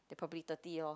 they probably thirty orh